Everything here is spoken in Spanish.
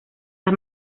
las